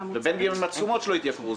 ובין אם התשומות שלו התייקרו.